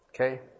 Okay